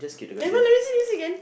never let me see let see again